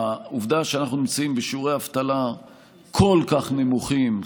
הוא העובדה שאנחנו נמצאים בשיעורי אבטלה כל כך נמוכים,